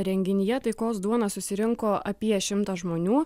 renginyje taikos duona susirinko apie šimtas žmonių